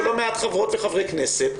השתתפות של לא מעט חברות וחברי כנסת,